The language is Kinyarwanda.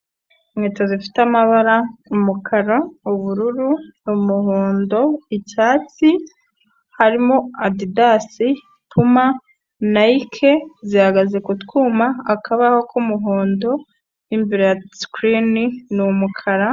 Inkweto zifite amabara: umukara, ubururu, umuhondo, icyatsi, harimo: Adidas, Puma, Nike, zihagaze ku twuma, akabaho k'umuhondo, imbere ya sikirini ni umukara.